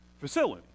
facility